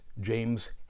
James